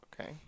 Okay